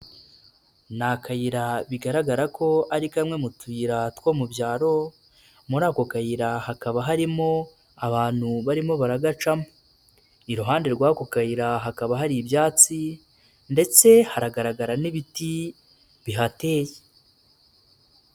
Ni akayira bigaragara ko ari kamwe mu tuyira two mu byaro muri ako kayira hakaba harimo abantu barimo bararagacamo, iruhande rw'ako kayira hakaba hari ibyatsi ndetse haragaragara n'ibiti bihateye.